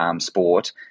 sport